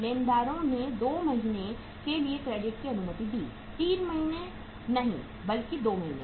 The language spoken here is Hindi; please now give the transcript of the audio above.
लेनदारों ने 2 महीने के लिए क्रेडिट की अनुमति दी 3 महीने नहीं बल्कि 2 महीने